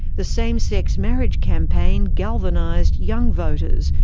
the same-sex marriage campaign galvanised young voters,